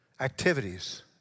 activities